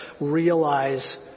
realize